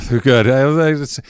good